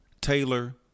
Taylor